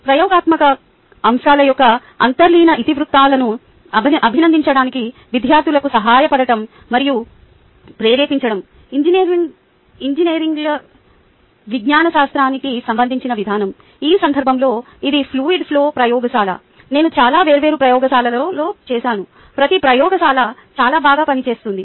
ప్రయోగాత్మక అంశాల యొక్క అంతర్లీన ఇతివృత్తాలను అభినందించడానికి విద్యార్థులకు సహాయపడటం మరియు ప్రేరేపించడం ఇంజనీరింగ్ లేదా విజ్ఞాన శాస్త్రానికి సంబంధించిన విధానం ఈ సందర్భంలో ఇది ఫ్లూయిడ్ ఫ్లో ప్రయోగశాల నేను చాలా వేర్వేరు ప్రయోగశాలలలో చేసాను ప్రతి ప్రయోగశాల చాలా బాగా పనిచేస్తుంది